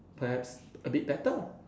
perhaps a bit better